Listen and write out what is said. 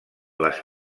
les